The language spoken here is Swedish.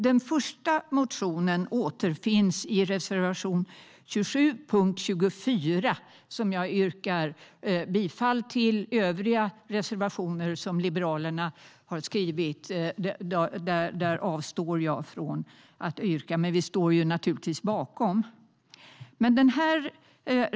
Den första motionen återfinns i reservation 27 under punkt 24, som jag yrkar bifall till. Övriga reservationer som Liberalerna har skrivit avstår jag från att yrka bifall till, men vi står naturligtvis bakom dem.